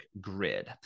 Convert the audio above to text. grid